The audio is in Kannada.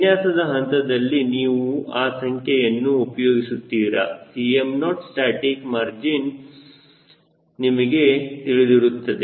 ವಿನ್ಯಾಸದ ಹಂತದಲ್ಲಿ ನೀವು ಆ ಸಂಖ್ಯೆಯನ್ನು ಉಪಯೋಗಿಸುತ್ತೀರಾ Cm0static ಮಾರ್ಜಿನ್ ನಿಮಗೆ ತಿಳಿದಿರುತ್ತದೆ